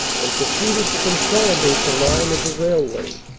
and proceeded to consolidate the line of the railway.